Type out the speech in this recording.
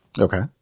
Okay